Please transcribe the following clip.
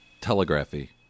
Telegraphy